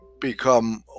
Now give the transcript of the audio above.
become